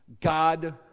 God